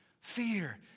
fear